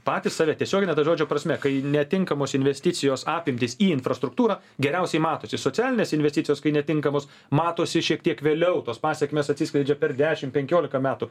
patys save tiesiogine to žodžio prasme kai netinkamos investicijos apimtys į infrastruktūrą geriausiai matosi socialinės investicijos kai netinkamos matosi šiek tiek vėliau tos pasekmės atsiskleidžia per dešim penkiolika metų